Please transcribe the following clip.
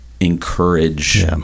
encourage